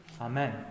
Amen